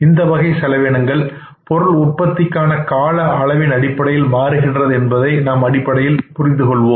இந்த வகை செலவினங்கள் பொருள் உற்பத்திக்கான கால அளவின் அடிப்படையில் மாறுகின்றது என்பதை அடிப்படையில் புரிந்து கொள்ள வேண்டும்